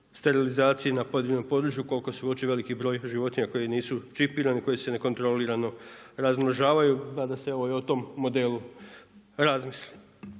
na pojedinom području ukoliko se uoči veliki broj životinja koje nisu čipirane, koje se nekontrolirano razmnožavaju, pa da se evo i o tome modelu razmisli.